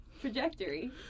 trajectory